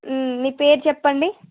మీ పేరు చెప్పండి